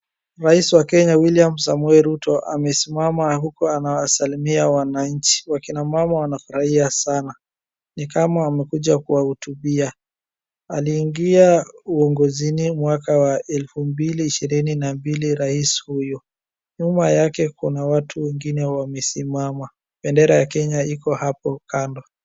Rais wa Kenya William Samoei Ruto amesimama huku anawasalimia wananchi, akina mama wanafurahia sana, nikama amekuja kuwahotubia. Aliingia uongozini mwaka wa elfu mbili ishirini na mbili rais huyo. Nyuma yake kuna watu wengine wamesimama. Bendera ya Kenya iko hapo kando.